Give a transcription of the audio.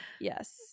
Yes